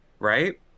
right